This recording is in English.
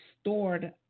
stored